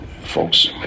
Folks